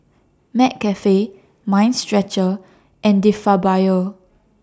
McCafe Mind Stretcher and De Fabio